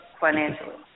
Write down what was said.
financially